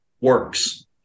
works